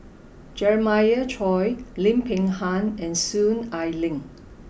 Jeremiah Choy Lim Peng Han and Soon Ai Ling